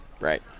Right